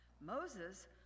Moses